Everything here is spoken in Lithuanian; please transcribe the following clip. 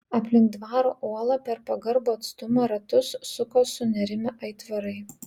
aplink dvaro uolą per pagarbų atstumą ratus suko sunerimę aitvarai